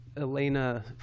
Elena